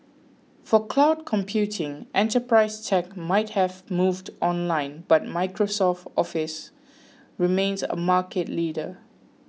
for cloud computing enterprise tech might have moved online but Microsoft's Office remains a market leader